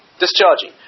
discharging